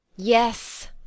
Yes